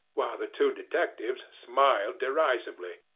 while the two detectives smiled derisively,